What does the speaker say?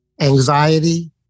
anxiety